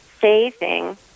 saving